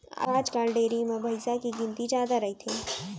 आजकाल डेयरी म भईंस के गिनती जादा रइथे